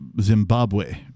Zimbabwe